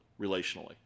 relationally